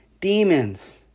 demons